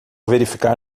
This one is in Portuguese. verificar